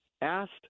asked